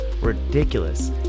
ridiculous